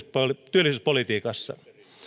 työllisyyspolitiikassa